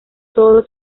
todos